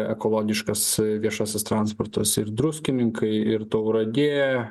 ekologiškas viešasis transportas ir druskininkai ir tauragė